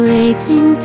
Waiting